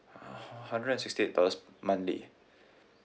h~ hundred and sixty eight dollars monthly